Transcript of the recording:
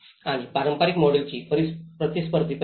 आणि पारंपारिक मॉडेलचे प्रतिस्पर्धी पैलू